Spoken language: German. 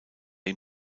ihm